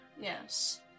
Yes